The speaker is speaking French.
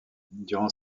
durant